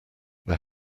they